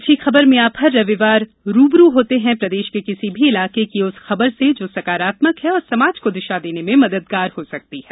अच्छी खबर में आप हर रविवार रूबरू होते हैं प्रदेश के किसी भी इलाके की उस खबर से जो सकारात्मक है और समाज को दिशा देने में मददगार हो सकती है